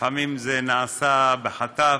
לפעמים זה נעשה בחטף.